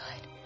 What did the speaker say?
good